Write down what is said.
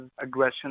aggression